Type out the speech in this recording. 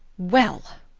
well!